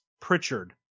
Pritchard